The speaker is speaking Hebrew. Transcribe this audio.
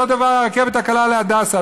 אותו דבר הרכבת הקלה להדסה.